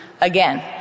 again